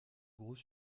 gros